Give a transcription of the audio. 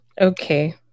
Okay